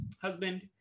husband